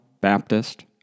Baptist